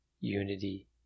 unity